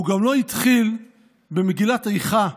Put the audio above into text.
הוא גם לא התחיל במגילת איכה,